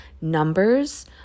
Numbers